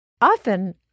often